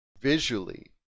Visually